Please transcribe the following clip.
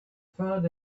found